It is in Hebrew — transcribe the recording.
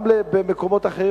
גם במקומות אחרים,